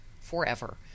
forever